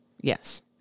Yes